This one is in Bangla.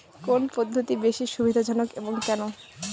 কোন পদ্ধতি বেশি সুবিধাজনক এবং কেন?